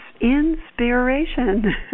inspiration